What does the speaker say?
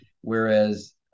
Whereas